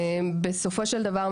בסופו של דבר,